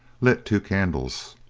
lit two candles,